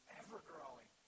ever-growing